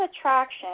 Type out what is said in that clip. Attraction